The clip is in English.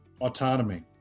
autonomy